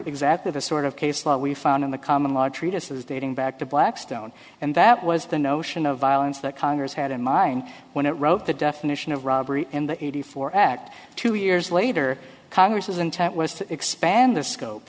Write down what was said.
exactly the sort of case law we found in the common law treatises dating back to blackstone and that was the notion of violence that congress had in mind when it wrote the definition of robbery in the eighty four act two years later congress was intent was to expand the scope